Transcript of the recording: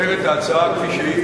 אחרת, ההצעה כפי שהיא,